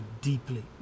deeply